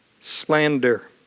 slander